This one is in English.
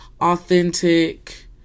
authentic